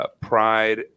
pride